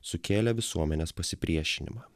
sukėlė visuomenės pasipriešinimą